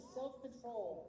self-control